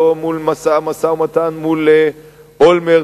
לא במשא-ומתן מול אולמרט,